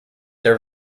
their